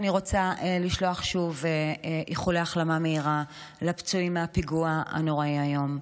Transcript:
אני רוצה לשלוח שוב איחולי החלמה מהירה לפצועים מהפיגוע הנוראי היום.